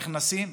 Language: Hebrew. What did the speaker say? נכנסים,